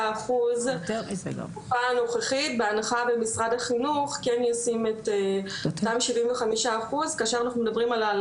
אחוז בתקופה הנוכחית בהנחה שמשרד החינוך ישים את השבעים וחמישה אחוז,